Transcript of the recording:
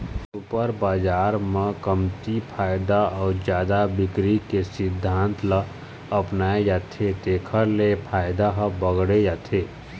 super बजार म कमती फायदा अउ जादा बिक्री के सिद्धांत ल अपनाए जाथे तेखर ले फायदा ह बाड़गे जाथे